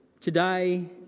today